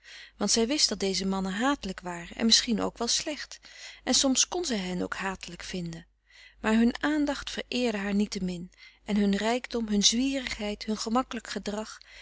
want zij wist dat deze mannen hatelijk waren en misschien ook wel slecht en soms kon zij hen ook hatelijk vinden maar hun aandacht vereerde haar niettemin en hun rijkdom hun zwierigheid hun gemakkelijk gedrag